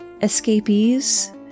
escapees